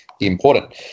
important